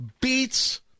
Beats